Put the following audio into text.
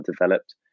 developed